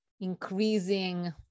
increasing